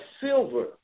silver